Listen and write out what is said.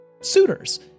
suitors